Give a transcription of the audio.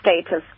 status